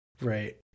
Right